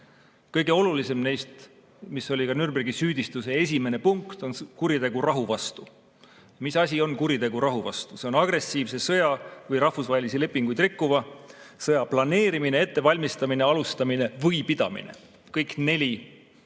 Kõige olulisem neist, mis oli ka Nürnbergi süüdistuse esimene punkt, on kuritegu rahu vastu. Mis asi on kuritegu rahu vastu? See on agressiivse sõja või rahvusvahelisi lepinguid rikkuva sõja planeerimine, ettevalmistamine, alustamine või pidamine. Kõik neli